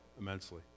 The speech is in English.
immensely